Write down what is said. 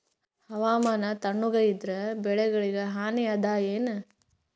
ಹವಾಮಾನ ತಣುಗ ಇದರ ಬೆಳೆಗೊಳಿಗ ಹಾನಿ ಅದಾಯೇನ?